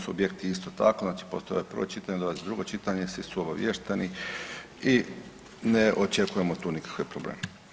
Subjekti isto tako, znači postoji prvo čitanje, dolazi drugo čitanje svi su obaviješteni i ne očekujemo tu nikakve probleme.